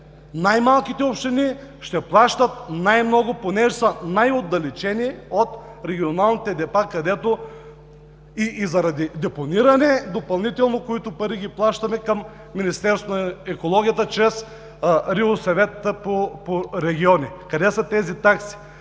Най-малките общини ще плащат най-много, понеже са най-отдалечени от регионалните депа, заради допълнително депониране, които пари плащаме към Министерството на екологията чрез РИОСВ-тата по регионите. Къде са тези такси?!